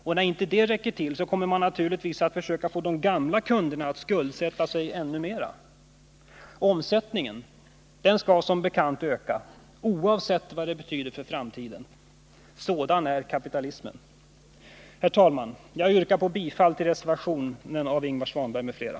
Och när inte det räcker till, kommer man naturligtvis att försöka förmå de gamla kunderna att skuldsätta sig ännu mera. Omsättningen skall som bekant öka, oavsett vad det betyder för framtiden. Sådan är kapitalismen. Herr talman! Jag yrkar bifall till reservationen av Ingvar Svanberg m.fl.